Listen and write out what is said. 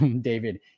David